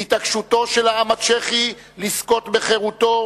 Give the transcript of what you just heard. והתעקשותו של העם הצ'כי לזכות בחירותו,